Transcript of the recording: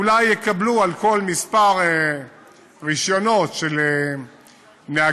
אולי יקבלו על כל כמה רישיונות של נהגי